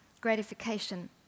gratification